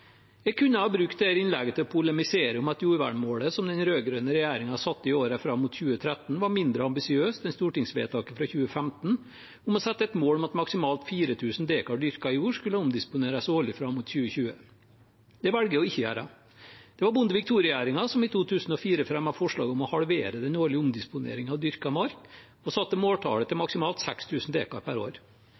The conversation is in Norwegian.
Jeg kunne ha brukt dette innlegget til å polemisere om at jordvernmålet som den rød-grønne regjeringen satte i årene fram mot 2013, var mindre ambisiøst enn stortingsvedtaket fra 2015, om å sette et mål om at maksimalt 4 000 dekar dyrket jord skulle omdisponeres årlig fram mot 2020. Det velger jeg ikke å gjøre. Det var Bondevik II-regjeringen som i 2004 fremmet forslag om å halvere den årlige omdisponeringen av dyrket mark og satte måltallet til maksimalt 6 000 dekar per år.